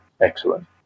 Excellent